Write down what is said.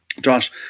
josh